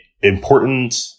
important